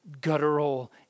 guttural